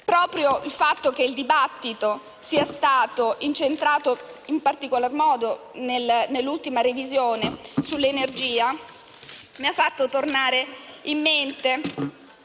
Proprio il fatto che il dibattito sia stato incentrato, in particolar modo nell'ultimo passaggio parlamentare, sull'energia mi ha fatto tornare in mente